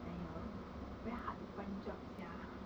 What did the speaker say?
!aiyo! very hard to find jobs sia